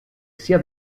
sia